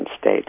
State